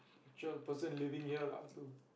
picture of the person living here lah to